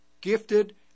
gifted